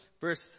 verse